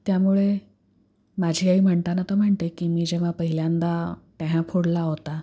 त्यामुळे माझी आई म्हणताना तर म्हणते की मी जेव्हा पहिल्यांदा ट्याहा फोडला होता